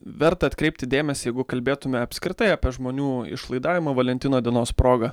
verta atkreipti dėmesį jeigu kalbėtume apskritai apie žmonių išlaidavimą valentino dienos proga